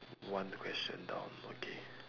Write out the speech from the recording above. one question down okay